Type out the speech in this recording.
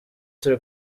turi